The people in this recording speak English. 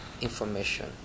information